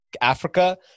Africa